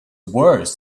worse